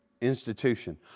institution